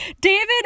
David